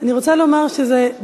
אני רוצה לומר שבעיני,